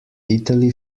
italy